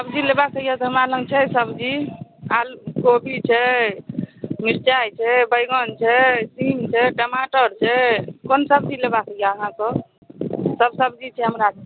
सब्जी लेबाक अछि तऽ हमरा लग छै सब्जी आलू गोभी छै मिरचाइ छै बैगन छै सीम छै टमाटर छै कोन सब्जी लेबाक अछि अहाँके सब सब्जी छै हमरा लग